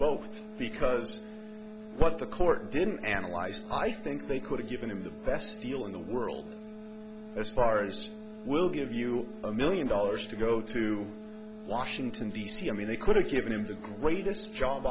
both because what the court didn't analyze i think they could've given him the best deal in the world as far as we'll give you a million dollars to go to washington d c i mean they could have given him the greatest job